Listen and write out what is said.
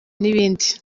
n’ibindi